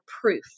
proof